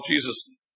Jesus